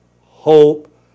hope